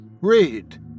Read